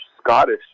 Scottish